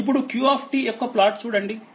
ఇప్పుడు q యొక్క plot చూడండి